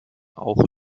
auch